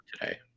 today